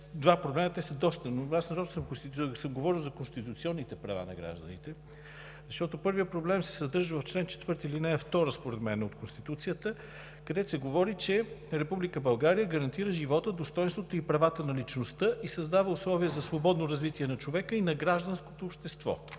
два проблема – те са доста, но аз нарочно съм говорил за конституционните права на гражданите, защото първият проблем се съдържа в чл. 4, ал. 2 от Конституцията, където се говори, че Република България гарантира живота, достойнството и правата на личността и създава условия за свободното развитие на човека и на гражданското общество,